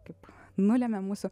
kaip nulemia mūsų